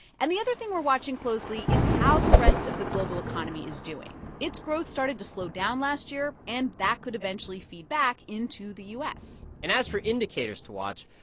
and the other thing we're watching closely is how the rest of the global economy is doing. its growth started to slow down last year, and that could eventually feed back into the u s and as for indicators to watch,